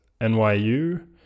NYU